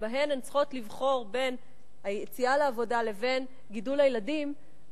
שבהם הן צריכות לבחור בין היציאה לעבודה לבין גידול הילדים,